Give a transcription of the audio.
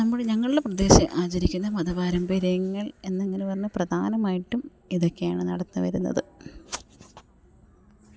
നമ്മുടെ ഞങ്ങളുടെ പ്രദേശം ആചരിക്കുന്ന മതപാരമ്പര്യങ്ങൾ എന്നിങ്ങനെ പറഞ്ഞാൽ പ്രധാനമായിട്ടും ഇതൊക്കെയാണ് നടന്നു വരുന്നത്